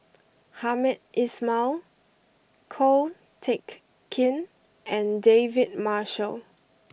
Hamed Ismail Ko Teck Kin and David Marshall